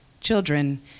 children